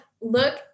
look